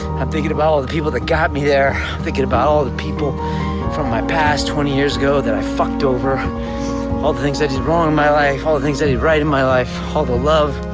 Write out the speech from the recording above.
i'm thinking about all the people that got me there. i'm thinking about all the people from my past twenty years ago that i fucked over all the things i did wrong in my life, all the things i did right in my life, all the love,